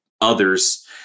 others